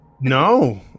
no